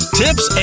tips